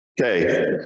Okay